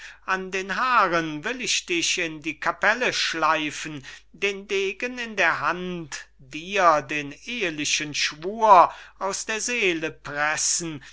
an den haaren will ich dich in die kapelle schleifen den degen in der hand dir den ehlichen schwur aus der seele pressen